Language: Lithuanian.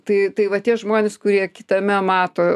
tai tai va tie žmonės kurie kitame mato